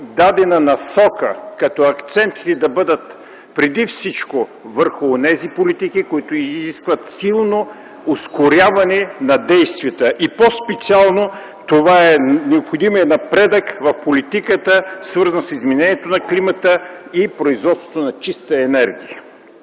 дадена насока, като акцентите бъдат преди всичко върху политиките, които изискват силно ускоряване на действията и по-специално това е необходимият напредък в политиките, свързани с измененията в климата и производството на чиста енергия.